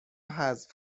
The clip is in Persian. حذف